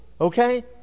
okay